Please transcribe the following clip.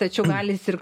tačiau gali sirgt